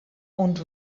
und